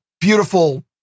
beautiful